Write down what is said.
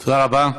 תודה רבה.